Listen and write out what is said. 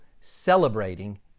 celebrating